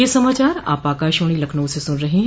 ब्रे क यह समाचार आप आकाशवाणी लखनऊ से सुन रहे हैं